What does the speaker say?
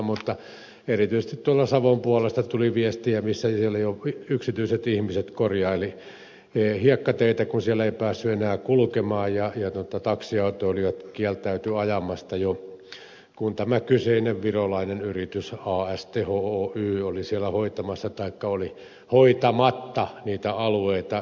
mutta erityisesti tuolta savon puolesta tuli viestiä että siellä jo yksityiset ihmiset korjailivat hiekkateitä kun siellä ei päässyt enää kulkemaan ja taksiautoilijat kieltäytyivät ajamasta kun tämä kyseinen virolainen yritys as teho oy oli siellä hoitamassa taikka oli hoitamatta niitä alueita